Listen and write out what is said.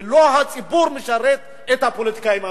ולא שהציבור משרת את הפוליטיקאים המקומיים.